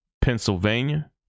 Pennsylvania